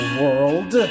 world